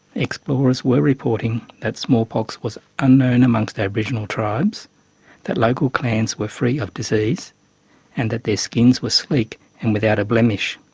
explorers were reporting that smallpox was unknown amongst aboriginal tribes that local clans were free of disease and that their skins were sleek and without a blemish.